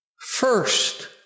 first